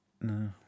No